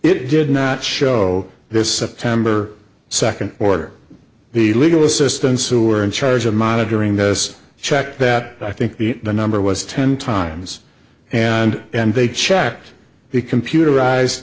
it did not show this september second order the legal assistance who were in charge of monitoring this check that i think the number was ten times and they checked the computerized